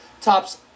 tops